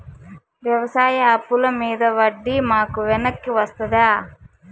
వ్యవసాయ అప్పుల మీద వడ్డీ మాకు వెనక్కి వస్తదా?